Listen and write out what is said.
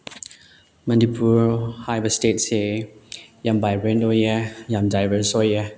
ꯃꯅꯤꯄꯨꯔ ꯍꯥꯏꯕ ꯏꯁꯇꯦꯠꯁꯦ ꯌꯥꯝ ꯕꯥꯏꯕ꯭ꯔꯦꯟ ꯑꯣꯏꯌꯦ ꯌꯥꯝ ꯗꯥꯏꯕꯔ꯭ꯁ ꯑꯣꯏꯌꯦ